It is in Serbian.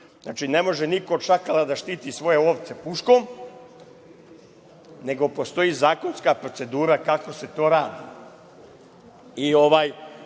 Znači, ne može niko od šakala da štiti svoje ovce puškom, nego postoji zakonska procedura kako se to